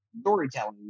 storytelling